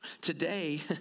Today